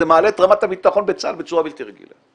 זה מעלה את רמת הביטחון בצה"ל בצורה בלתי רגילה.